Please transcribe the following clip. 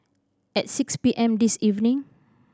at six P M this evening